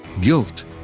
guilt